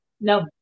no